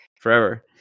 Forever